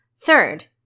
Third